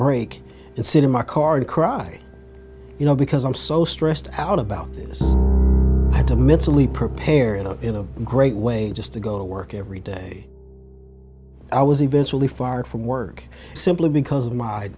break and sit in my car and cry you know because i'm so stressed out about this i had to mentally prepare it up in a great way just to go to work every day i was eventually far from work simply because of my